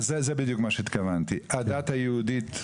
אז זה בדיוק מה שהתכוונתי הדת היהודית,